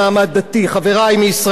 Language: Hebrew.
חברי מישראל ביתנו?